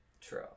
True